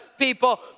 people